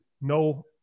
no